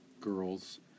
girls